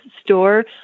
store